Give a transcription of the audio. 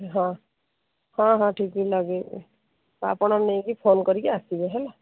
ହଁ ହଁ ହଁ ଟି ଭି ଲଗେଇବି ଆପଣ ନେଇକି ଫୋନ୍ କରିକି ଆସିବେ ହେଲା